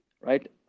right